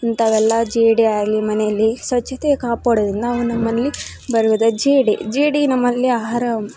ಇಂಥವೆಲ್ಲ ಜೇಡಿ ಆಗಲಿ ಮನೆಯಲ್ಲಿ ಸ್ವಚ್ಛತೆ ಕಾಪಾಡೋದರಿಂದ ಅವು ನಮ್ಮಲ್ಲಿ ಬರುವುದಿಲ್ಲ ಜೇಡಿ ಜೇಡಿ ನಮ್ಮಲ್ಲಿ ಆಹಾರ